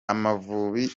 amavubi